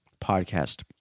Podcast